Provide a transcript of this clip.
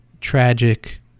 tragic